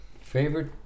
Favorite